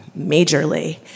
majorly